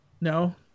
No